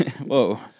Whoa